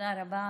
תודה רבה,